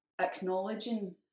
acknowledging